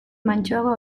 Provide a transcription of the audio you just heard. mantsoago